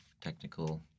technical